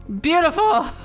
Beautiful